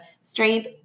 strength